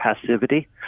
passivity